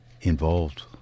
involved